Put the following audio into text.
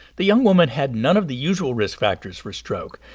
the young woman had none of the usual risk factors for stroke,